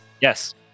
Yes